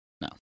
No